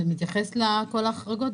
זה מתייחס לכל ההחרגות,